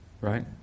Right